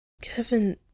Kevin